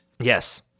Yes